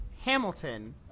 Hamilton